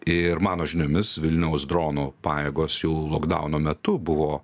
ir mano žiniomis vilniaus dronų pajėgos jau lokdauno metu buvo